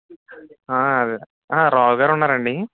రావుగారు ఉన్నారా అండి